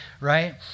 right